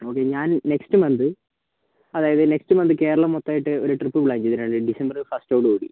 okay ഞാൻ next month അതായത് next month Keralam മൊത്തമായിട്ട് ഒരു ട്രിപ്പ് പ്ലാൻ ചെയ്തിട്ടുണ്ടായിരുന്നു ഡിസംബർ ഫസ്റ്റോടു കൂടി